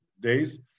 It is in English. days